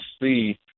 see